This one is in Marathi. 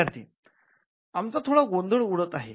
विद्यार्थी आमचा थोडा गोंधळ उडत आहे